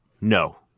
No